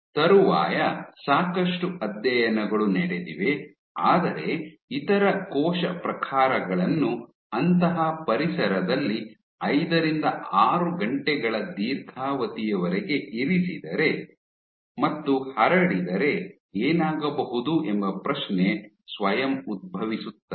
ತರುವಾಯ ಸಾಕಷ್ಟು ಅಧ್ಯಯನಗಳು ನಡೆದಿವೆ ಆದರೆ ಇತರ ಕೋಶ ಪ್ರಕಾರಗಳನ್ನು ಅಂತಹ ಪರಿಸರದಲ್ಲಿ ಐದರಿಂದ ಆರು ಗಂಟೆಗಳ ದೀರ್ಘಾವಧಿಯವರೆಗೆ ಇರಿಸಿದರೆ ಮತ್ತು ಹರಡಿದರೆ ಏನಾಗಬಹುದು ಎಂಬ ಪ್ರಶ್ನೆ ಸ್ವಯಂ ಉದ್ಭವಿಸುತ್ತದೆ